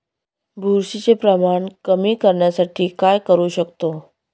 बुरशीचे प्रमाण कमी करण्यासाठी काय करू शकतो?